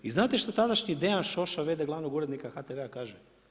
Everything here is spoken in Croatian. I znate što tadašnji Dejan Šoša, v.d. glavnog urednika HTV-a kaže?